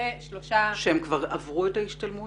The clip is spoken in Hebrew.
ושלושה --- הם כבר עברו את ההשתלמות?